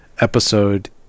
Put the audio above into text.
episode